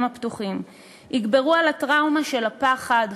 הפתוחים יגברו על הטראומה של הפחד,